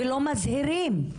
ולא מזהירים?